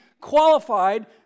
qualified